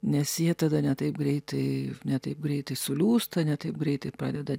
nes jie tada ne taip greitai ne taip greitai siliūsta ne taip greitai pradeda